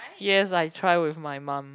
yes I try with my mum